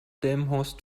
delmenhorst